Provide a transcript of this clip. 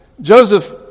Joseph